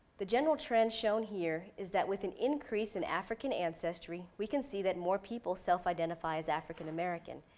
the general trend shown here, is that with an increase in african ancestry, we can see that more people self identify as african american,